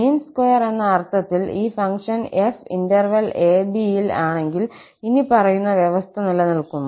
മീൻ square എന്ന അർത്ഥത്തിൽ ഈ ഫംഗ്ഷൻ 𝑓 ഇന്റർവെൽ 𝑎 𝑏ൽ ആണെങ്കിൽ ഇനിപ്പറയുന്ന വ്യവസ്ഥ നിലനിൽക്കുന്നു